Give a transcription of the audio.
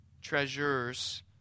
treasures